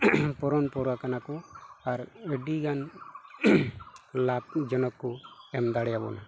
ᱯᱚᱨᱚᱱ ᱯᱚᱨᱟᱣ ᱠᱟᱱᱟ ᱠᱚ ᱟᱨ ᱟᱹᱰᱤ ᱜᱟᱱ ᱞᱟᱵᱽ ᱡᱚᱱᱚᱠ ᱠᱚ ᱮᱢ ᱫᱟᱲᱮᱭᱟᱵᱚᱱᱟ